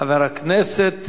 חבר הכנסת